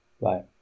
Right